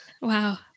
Wow